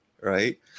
right